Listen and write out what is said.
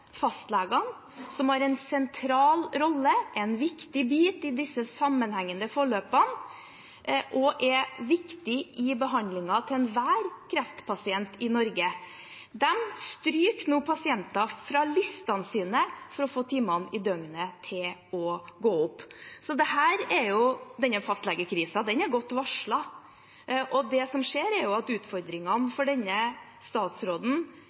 fastlegene, som har en sentral rolle og er en viktig bit i disse sammenhengende forløpene, også er viktige i behandlingen av enhver kreftpasient i Norge. De stryker nå pasienter fra listene sine for å få timene i døgnet til å gå opp. Denne fastlegekrisen er godt varslet, og det som skjer, er at utfordringene for denne statsråden